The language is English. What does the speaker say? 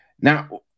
now